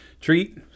treat